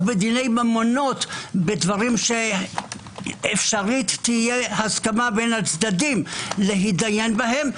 בדיני ממונות בדברים שאפשרית תהיה הסכמה בין הצדדים להידיין בהם,